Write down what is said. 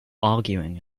arguing